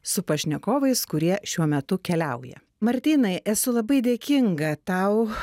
su pašnekovais kurie šiuo metu keliauja martynai esu labai dėkinga tau